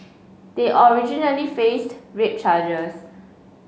they originally faced rape charges